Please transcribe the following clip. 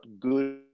good